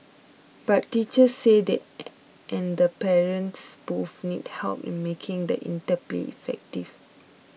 but teachers say they and the parents both need help in making the interplay effective